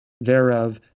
thereof